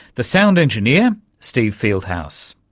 the sound engineer steve fieldhouse.